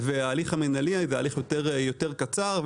וההליך המינהלי הוא הליך יותר קצר.